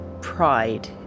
pride